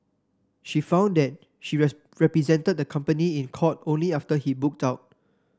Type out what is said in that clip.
she found that she represented the company in court only after he booked out